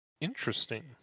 Interesting